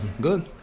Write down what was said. Good